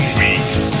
weeks